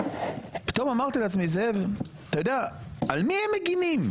פתאום אמרתי לעצמי: על מי הם מגנים?